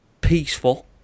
peaceful